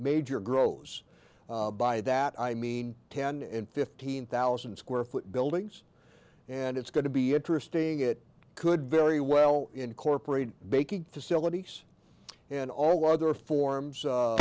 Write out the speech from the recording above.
major grows by that i mean ten and fifteen thousand square foot buildings and it's going to be interesting it could very well incorporate baking facilities and all the other forms